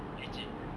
leceh